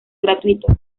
gratuito